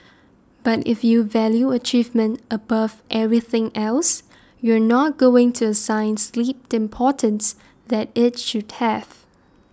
but if you value achievement above everything else you're not going to assign sleep the importance that it should have